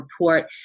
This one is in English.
report